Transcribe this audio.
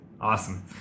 awesome